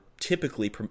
typically